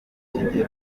kigero